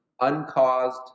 uncaused